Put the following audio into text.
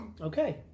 Okay